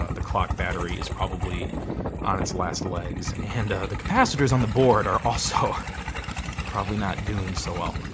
ah the clock battery is probably on its last legs and the capacitors on the board are also probably not doing so well.